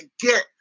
get